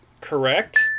Correct